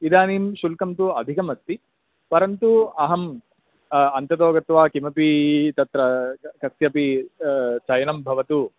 इदानीं शुल्कं तु अधिकम् अस्ति परन्तु अहम् अन्ततो गत्वा किमपि तत्र कस्यापि चयनं भवतु